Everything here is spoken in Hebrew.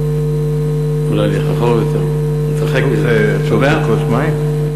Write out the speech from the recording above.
אולי אני אלך אחורה יותר, אתרחק, זקוק לכוס מים?